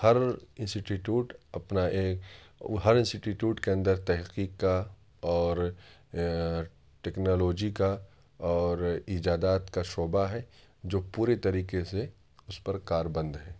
ہر institute اپنا ایک ہر انسٹی ٹیوٹ کے اندر تحقیق کا اور ٹکنالوجی کا اور ایجادات کا شعبہ ہے جو پورے طریقے سے اس پر کاربند ہیں